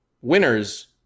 winners